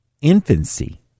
infancy